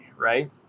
right